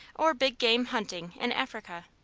or big game hunting in africa,